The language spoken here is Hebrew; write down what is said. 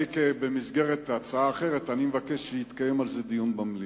במסגרת ההצעה האחרת אני מבקש שיתקיים על זה דיון במליאה.